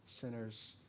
Sinners